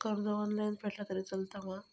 कर्ज ऑनलाइन फेडला तरी चलता मा?